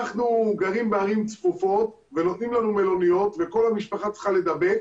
אנחנו גרים בערים צפופות ונותנים לנו מלוניות וכל המשפחה צריכה להידבק